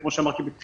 כמו שאמרתי בתחילה,